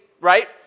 right